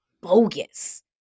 bogus